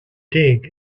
dig